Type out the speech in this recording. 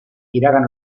iragan